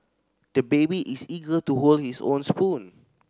the baby is eager to hold his own spoon